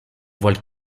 voile